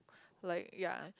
like ya